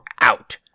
out